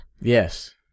Yes